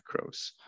macros